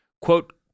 quote